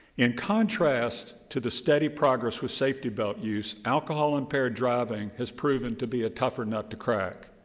in contrast to the steady progress with safety belt use, alcohol impaired driving has proven to be a tougher nut to crack.